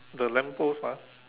the lamp post ah